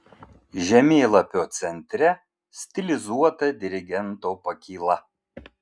žemėlapio centre stilizuota dirigento pakyla